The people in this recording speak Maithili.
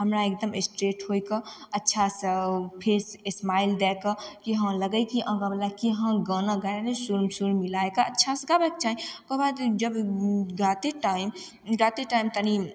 हमरा एकदम स्ट्रेट होइके अच्छासँ फेस स्माइल दए कऽ कि हँ लगय कि आगावला केहन गाना गाबि रहलइ हइ सुरमे सुर मिलायके अच्छासँ गाबयके छै ओकरबाद जब गाते टाइम गाते टाइम तनि